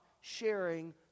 sharing